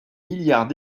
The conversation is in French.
milliards